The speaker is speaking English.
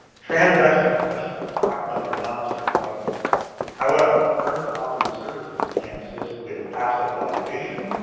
transaction specialists, talk about your nondescript title however, firms that offer these services can assist with asset valuation,